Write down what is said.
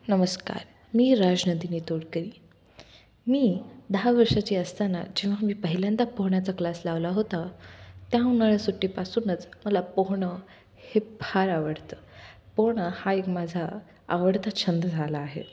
नमस्कार मी राजनंदिनी तोडकरी मी दहा वर्षाची असताना जेव्हा मी पहिल्यांदा पोहण्याचा क्लास लावला होता त्या उन्हाळ्या सुट्टीपासूनच मला पोहणं हे फार आवडतं पोहणं हा एक माझा आवडता छंद झाला आहे